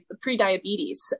pre-diabetes